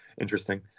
interesting